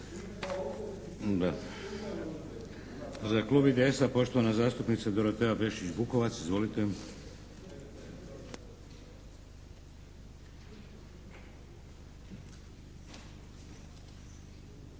Za Klub IDS-a poštovana zastupnica Dorotea Pešić-Bukovac. Izvolite.